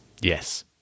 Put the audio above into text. Yes